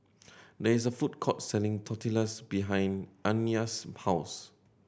there is a food court selling Tortillas behind Anaya's house